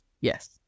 yes